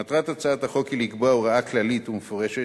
מטרת הצעת החוק היא לקבוע הוראה כללית ומפורשת